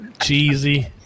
cheesy